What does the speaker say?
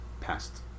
past